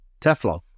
Teflon